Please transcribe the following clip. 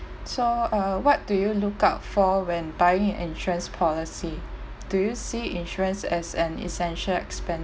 so uh what do you look out for when buying an insurance policy do you see insurance as an essential